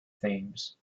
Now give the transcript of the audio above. themes